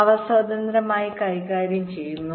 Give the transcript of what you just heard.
അവ സ്വതന്ത്രമായി കൈകാര്യം ചെയ്യുന്നു